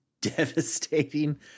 devastating